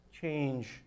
change